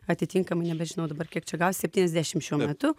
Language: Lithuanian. atitinkamai nebežinau dabar kiek čia gausis septyniasdešimt šiuo metu